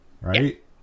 Right